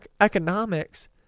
economics